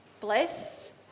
blessed